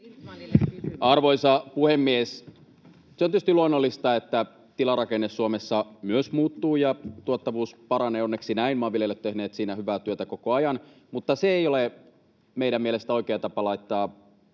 Arvoisa puhemies! Se on tietysti luonnollista, että tilarakenne Suomessa myös muuttuu ja tuottavuus paranee — onneksi näin. Maanviljelijät ovat tehneet siinä hyvää työtä koko ajan. Mutta se ei ole meidän mielestämme oikea tapa laittaa